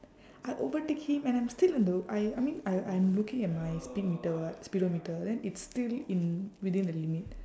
I overtake him and I'm still in the I I mean I I'm looking at my speed meter what speedometer then it's still in within the limit